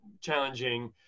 challenging